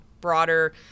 broader